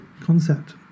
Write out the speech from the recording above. concept